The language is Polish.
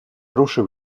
ruszył